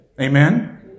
Amen